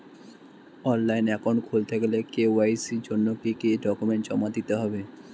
Online account খুলতে গেলে KYC জন্য কি কি ডকুমেন্ট জমা দিতে হবে?